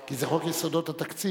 כי זה חוק יסודות התקציב,